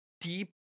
deep